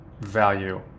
value